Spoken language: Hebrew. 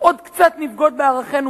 עוד קצת נבגוד בערכינו,